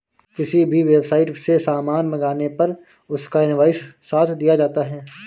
किसी भी वेबसाईट से सामान मंगाने पर उसका इन्वॉइस साथ दिया जाता है